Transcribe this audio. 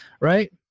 Right